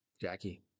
Jackie